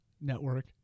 network